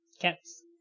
Cats